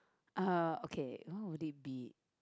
uh okay oh what would it be